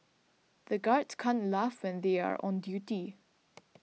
the guards can't laugh when they are on duty